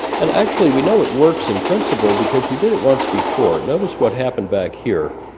and actually, we know it works in principle because we did it once before. notice what happened back here.